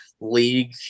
league